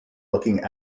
looking